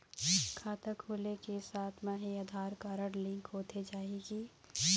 खाता खोले के साथ म ही आधार कारड लिंक होथे जाही की?